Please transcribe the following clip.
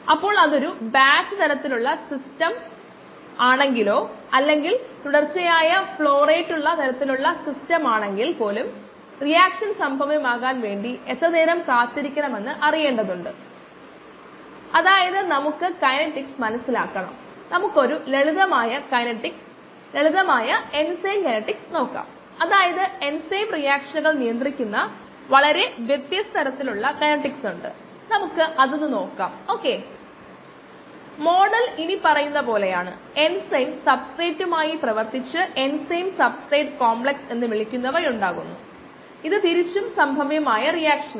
അതിനാൽ നമ്മൾ ഡാറ്റയുമായി ഇടപെടുമ്പോഴെല്ലാം നമ്മൾ മുഴുവൻ ഡാറ്റയും ഉപയോഗിക്കേണ്ടതുണ്ട്